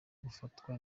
gufatwa